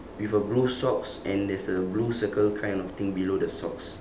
with a blue socks and there's a blue circle kind of thing below the socks